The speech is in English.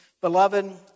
Beloved